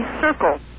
circle